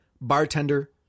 Bartender